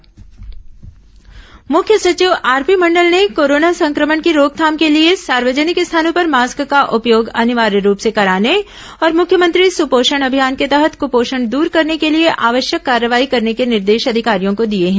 मुख्य सचिव बैठक मुख्य सचिव आरपी मंडल ने कोरोना संक्रमण की रोकथाम के लिए सार्वजनिक स्थानों पर मास्क का उपयोग अनिवार्य रूप से कराने और मुख्यमंत्री सुपोषण अभियान के तहत कृपोषण दूर करने के लिए आवश्यक कार्रवाई करने के निर्देश अधिकारियों को दिए हैं